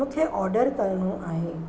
मूंखे ऑर्डर करणो आहे